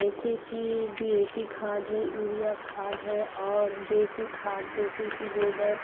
जैसे कि D A P खाद है यूरिया खाद है और देशी खाद जैसे कि गोबर